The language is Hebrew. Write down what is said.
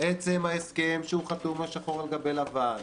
עצם ההסכם שחתום שחור על גבי לבן,